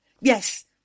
Yes